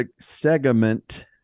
segment